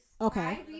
Okay